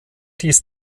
des